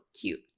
cute